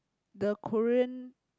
the Korean